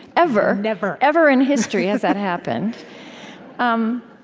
ever never ever in history has that happened um